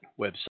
website